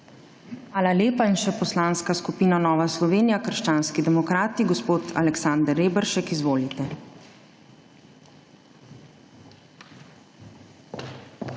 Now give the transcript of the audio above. Hvala lepa. Še Poslanska skupina Nova Slovenija – krščanski demokrati. Gospod Aleksander Reberšek, izvolite. ALEKSANDER